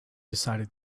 decided